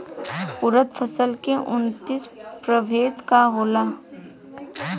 उरद फसल के उन्नत प्रभेद का होला?